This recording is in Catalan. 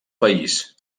país